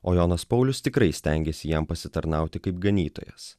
o jonas paulius tikrai stengėsi jam pasitarnauti kaip ganytojas